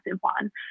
one